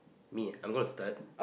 me I gonna to start